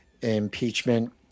impeachment